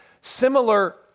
similar